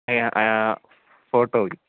ഫോട്ടോയും